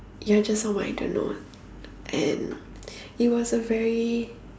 you're just someone I don't know and it was a very